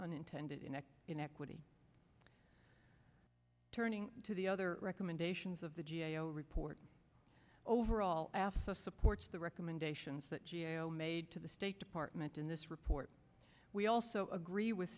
unintended inec inequity turning to the other recommendations of the g a o report overall asks us supports the recommendations that g a o made to the state department in this report we also agree with